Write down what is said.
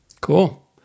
Cool